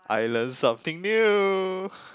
I learn something new